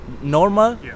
normal